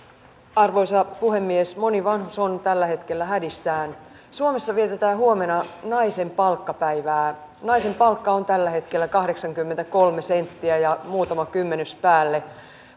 arvoisa puhemies moni vanhus on tällä hetkellä hädissään suomessa vietetään huomenna naisten palkkapäivää naisen palkkaeuro on tällä hetkellä kahdeksankymmentäkolme senttiä ja muutama kymmenys päälle